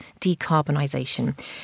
decarbonisation